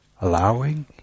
allowing